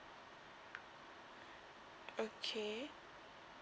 okay